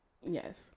Yes